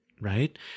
right